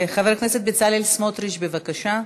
חבר הכנסת בצלאל סמוטריץ, בבקשה.